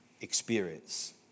experience